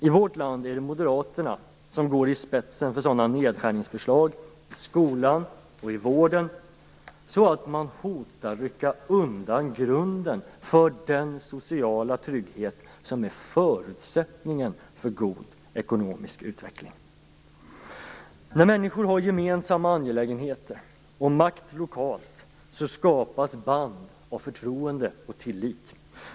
I vårt land är det Moderaterna som går i spetsen för sådana nedskärningsförslag i skolan och i vården att man hotar att rycka undan grunden för den sociala trygghet som är förutsättningen för god ekonomisk utveckling. När människor har gemensamma angelägenheter och makt lokalt skapas band av förtroende och tillit.